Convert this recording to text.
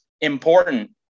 important